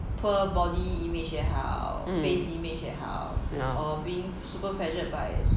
mm ya